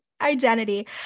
identity